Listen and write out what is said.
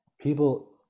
People